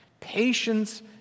Patience